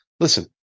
Listen